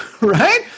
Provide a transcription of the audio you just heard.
right